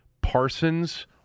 Parsons